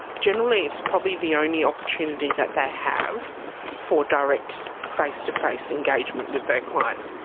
generally it's probably the only opportunity that they have for direct face-to-face engagement with their clients.